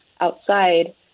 outside